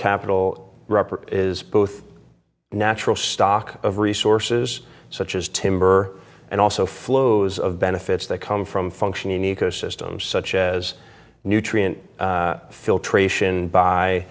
capital ruppert is both a natural stock of resources such as timber and also flows of benefits that come from functioning ecosystems such as nutrient filtration by